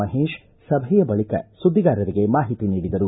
ಮಹೇಶ್ ಸಭೆಯ ಬಳಿಕ ಸುದ್ದಿಗಾರರಿಗೆ ಮಾಹಿತಿ ನೀಡಿದರು